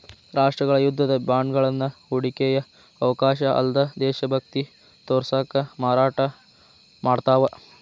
ರಾಷ್ಟ್ರಗಳ ಯುದ್ಧದ ಬಾಂಡ್ಗಳನ್ನ ಹೂಡಿಕೆಯ ಅವಕಾಶ ಅಲ್ಲ್ದ ದೇಶಭಕ್ತಿ ತೋರ್ಸಕ ಮಾರಾಟ ಮಾಡ್ತಾವ